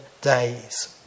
days